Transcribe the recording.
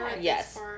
yes